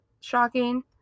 shocking